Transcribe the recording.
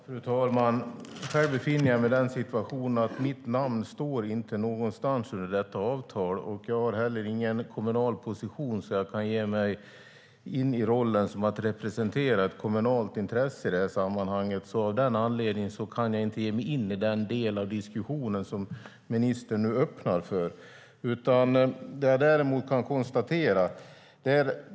Fru talman! Själv befinner jag mig i den situationen att mitt namn inte står någonstans i detta avtal. Jag har heller ingen kommunal position som gör att jag kan ge mig in i rollen att representera ett kommunalt intresse i det här sammanhanget. Av den anledningen kan jag inte ge mig in i den del av diskussionen som ministern nu öppnar för. Det finns däremot annat som jag kan konstatera.